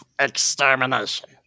extermination